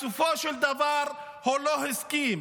בסופו של דבר הוא לא הסכים.